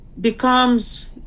becomes